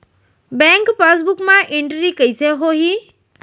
Bank passbook मा entry कइसे होही?